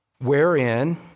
wherein